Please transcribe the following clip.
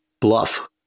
bluff